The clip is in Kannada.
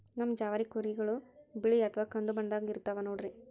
ನಮ್ ಜವಾರಿ ಕುರಿಗಳು ಬಿಳಿ ಅಥವಾ ಕಂದು ಬಣ್ಣದಾಗ ಇರ್ತವ ನೋಡ್ರಿ